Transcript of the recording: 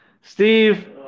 Steve